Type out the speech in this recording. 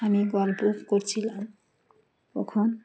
আমি গল্প করছিলাম তখন